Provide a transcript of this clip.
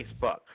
Facebook